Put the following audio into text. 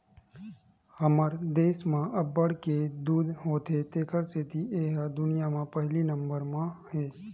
हमर देस म अब्बड़ के दूद होथे तेखर सेती ए ह दुनिया म पहिली नंबर म हे